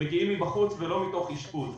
מגיעים מבחוץ ולא מתוך אשפוז.